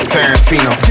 Tarantino